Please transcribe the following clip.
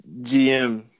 GM